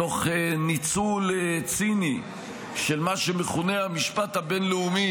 תוך ניצול ציני של מה שמכונה המשפט הבין-לאומי,